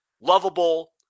lovable